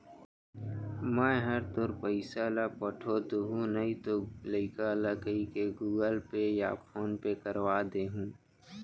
मैं हर तोर पइसा ल पठो दुहूँ नइतो लइका ल कइके गूगल पे या फोन पे करवा दे हूँ